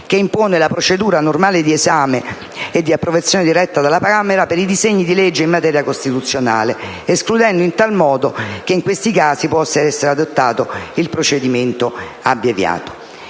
che impone «la procedura normale di esame e di approvazione diretta da parte della Camera (...) per i disegni di legge in materia costituzionale», escludendo in tal modo che in questi casi possa essere adottato il procedimento abbreviato.